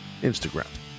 Instagram